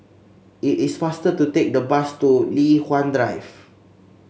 it is faster to take the bus to Li Hwan Drive